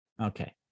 Okay